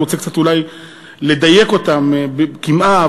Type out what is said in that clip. אני רוצה אולי לדייק אותם קמעה,